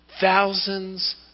Thousands